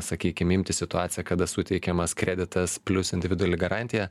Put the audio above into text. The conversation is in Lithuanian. sakykim imti situaciją kada suteikiamas kreditas plius individuali garantija